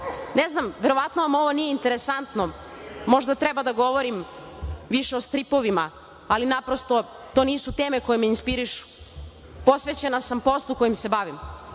ne znam, verovatno vam ovo nije interesantno, možda treba da govorim više o stripovima, ali naprosto to nisu teme koje me inspirišu. Posvećena sam poslu kojim se